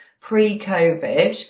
pre-COVID